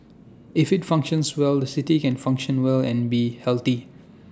if IT functions well the city can function well and be healthy